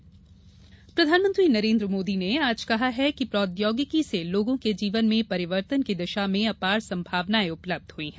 मोदी फिटनेक उत्सव प्रधानमंत्री नरेन्द्र मोदी ने आज कहा है कि प्रौद्योगिकी से लोगों के जीवन में परिवर्तन की दिशा में अपार संभावनाएं उपलब्ध हुई हैं